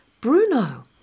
Bruno